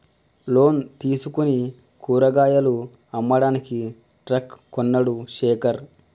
loan తీసుకుని కూరగాయలు అమ్మడానికి ట్రక్ కొన్నడు శేఖర్